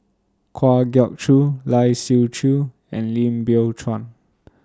Kwa Geok Choo Lai Siu Chiu and Lim Biow Chuan